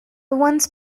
once